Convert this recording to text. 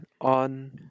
on